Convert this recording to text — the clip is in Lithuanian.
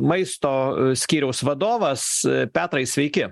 maisto skyriaus vadovas petrai sveiki